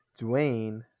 Dwayne